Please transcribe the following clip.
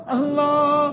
Allah